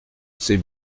c’est